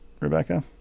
Rebecca